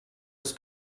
his